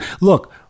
Look